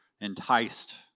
enticed